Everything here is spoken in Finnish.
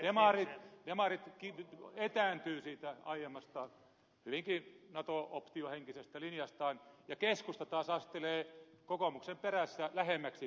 demarit etääntyvät siitä aiemmasta hyvinkin nato optiohenkisestä linjastaan ja keskusta taas astelee kokoomuksen perässä lähemmäksi natoa